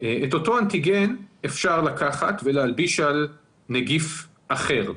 את אותו אנטיגן אפשר לקחת ולהלביש על נגיף אחר.